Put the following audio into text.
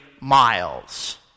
miles